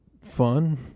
fun